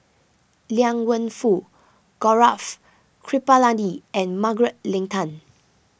Liang Wenfu Gaurav Kripalani and Margaret Leng Tan